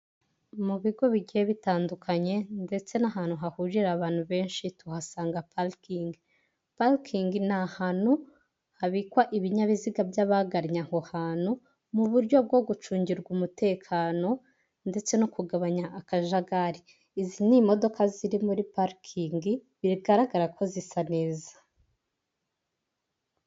Mu bigo bigiye bitandukanye ndetse n'ahantu hahurira abantu benshi tuhasanga parikingi. parikingi ni ahantu habikwa ibinyabiziga by'abagannye aho hantu, mu buryo bwo gucungirwa umutekano, ndetse no kugabanya akajagari. Izi ni imodoka ziri muri parikingi, bigaragara ko zisa neza.